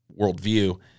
worldview